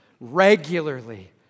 regularly